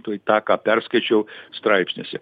tuoj tą ką perskaičiau straipsniuose